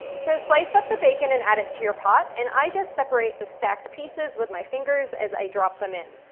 so slice up the bacon and add it to your pot, and i just separate the stacked pieces with my fingers as i drop them in.